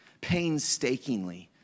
painstakingly